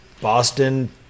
Boston